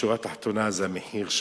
בשורה התחתונה, זה המחיר שלו,